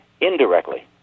indirectly